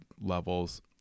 levels